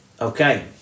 Okay